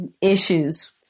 issues